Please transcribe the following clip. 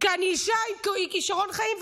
כי אני אישה עם כישרון חיים,